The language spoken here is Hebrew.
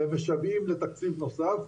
ומשוועים לתקציב נוסף.